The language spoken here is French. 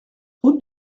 route